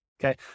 Okay